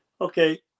okay